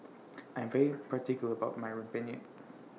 I Am very particular about My Rempeyek